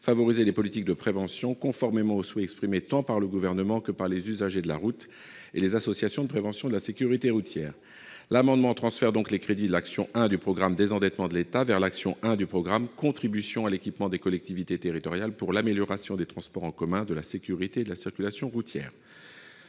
favoriser les politiques de prévention, conformément aux souhaits exprimés tant par le Gouvernement que par les usagers de la route et les associations de prévention de la sécurité routière. Il s'agit donc de transférer les crédits de l'action n° 01 du programme « Désendettement de l'État » vers l'action n° 01 du programme « Contribution à l'équipement des collectivités territoriales pour l'amélioration des transports en commun, de la sécurité et de la circulation routières ».